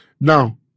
Now